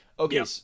Okay